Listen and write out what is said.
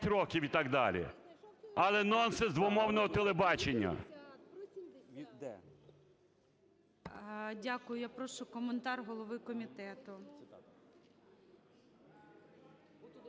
років і так далі. Але нонсенс двомовного телебачення. ГОЛОВУЮЧИЙ. Дякую. Я прошу коментар голови комітету.